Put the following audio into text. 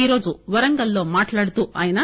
ఈరోజు వరంగల్ లో మాట్లాడుతూ ఆయన